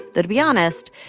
though, to be honest,